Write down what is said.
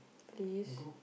please